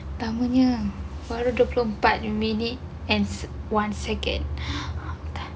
lamanya baru dua puluh empat minute and one second